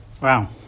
Wow